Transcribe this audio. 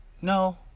no